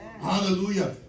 Hallelujah